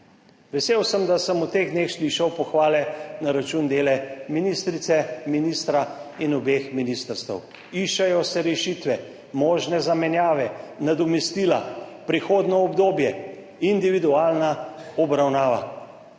Vesel sem, da sem v teh dneh slišal pohvale na račun dela ministrice, ministra in obeh ministrstev. Iščejo se rešitve, možne zamenjave, nadomestila, prehodno obdobje, individualna obravnava.